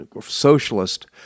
socialist